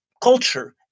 culture